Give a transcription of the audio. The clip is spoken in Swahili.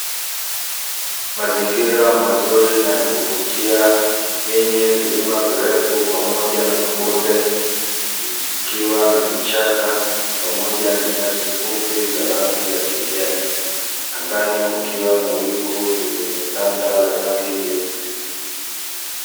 Mazingira mazuri na ya kuvutia, yenye vilima virefu pamoja na mabonde, ikiwa na vichaka pamoja na nyasi fupi za rangi ya kijani, angani kukiwa na wingu lililotanda la rangi nyeupe.